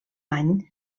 any